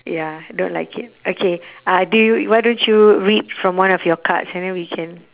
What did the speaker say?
ya I don't like it okay uh do you why don't you read from one of your cards and then we can